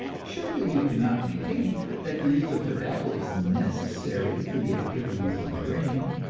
surely you cannot maintain that the use of tobacco is necessary to the activities of the brain!